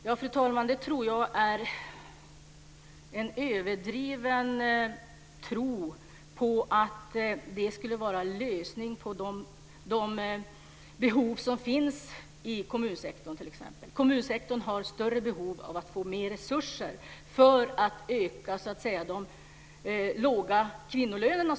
Jag tror, fru talman, att det är en överdriven tro på att det skulle vara lösningen på de behov som finns i t.ex. kommunsektorn. Kommunsektorn har större behov av att få mer resurser för att kunna höja de låga kvinnolönerna.